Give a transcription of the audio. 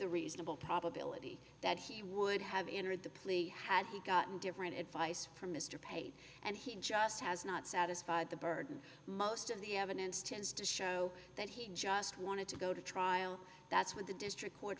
the reasonable probability that he would have entered the plea had he gotten different advice from mr pate and he just has not satisfied the burden most of the evidence tends to show that he just wanted to go to trial that's what the district court